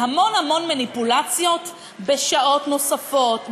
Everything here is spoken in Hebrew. להמון המון מניפולציות בשעות נוספות,